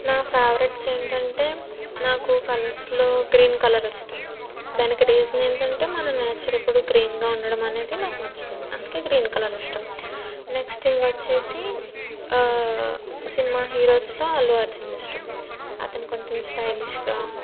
నా ఫేవరెట్స్ ఏంటంటే నాకు కలర్స్లో గ్రీన్ కలర్ ఇష్టం దానికి రీజన్ ఏంటంటే మన నేచర్ ఎప్పుడు గ్రీన్గా ఉండడం అనేది నాకు నచ్చుతుంది అందుకే గ్రీన్ కలర్ ఇష్టం నెక్స్ట్ థింగ్ వచ్చేసి సినిమా హీరోస్లో అల్లు అర్జున్ ఇష్టం అతను కొంచెం స్టైలిష్గా